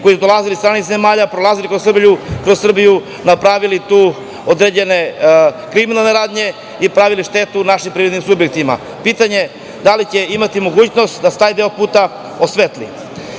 koji su dolazili iz stranih zemalja, prolazili kroz Srbiju, napravili tu određene kriminalne radnje i pravili štetu našim privrednim subjektima? Pitanje - da li postoji mogućnost da se taj deo puta osvetli? Još